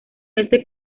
este